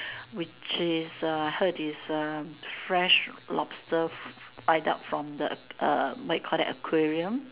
which is a heard is a fresh lobster right out from the uh what did you call that aquarium